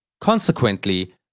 Consequently